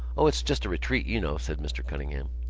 o, it's just a retreat, you know, said mr. cunningham.